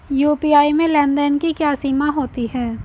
UPI में लेन देन की क्या सीमा होती है?